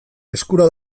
eskura